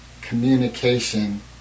communication